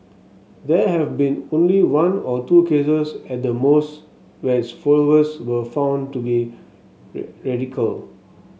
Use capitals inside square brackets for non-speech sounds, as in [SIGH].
there have been only one or two cases at the most where its followers were found to be [UNINTELLIGIBLE] radical